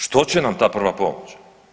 Što će nam ta prva pomoć?